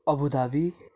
Abu Dhabi